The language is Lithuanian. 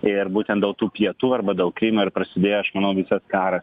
ir būtent dėl tų pietų arba dėl krymo ir prasidėjo aš manau visas karas